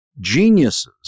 geniuses